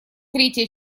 третья